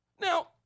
Now